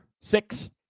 Six